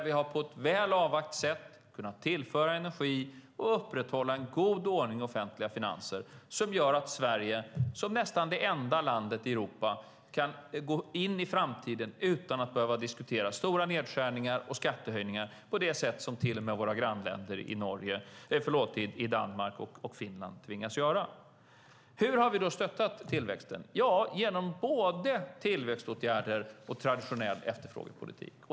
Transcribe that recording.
Vi har på ett väl avvägt sätt kunnat tillföra energi och upprätthålla en god ordning i offentliga finanser, vilket gör att Sverige, som nästan det enda landet i Europa, kan gå in i framtiden utan att behöva diskutera stora nedskärningar och skattehöjningar på det sätt som till och med våra grannländer Danmark och Finland tvingas göra. Hur har vi då stöttat tillväxten? Jo, genom både tillväxtåtgärder och traditionell efterfrågepolitik.